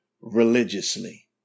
religiously